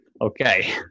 okay